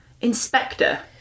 inspector